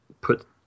put